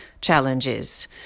challenges